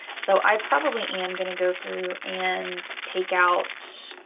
so i probably am going to go through and take out,